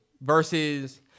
Versus